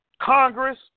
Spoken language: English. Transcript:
Congress